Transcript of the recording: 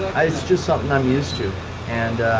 just something i'm used to and